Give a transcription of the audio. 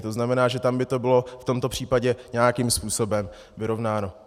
To znamená, že tam by to bylo v tomto případě nějakým způsobem vyrovnáno.